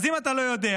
אז אם אתה לא יודע,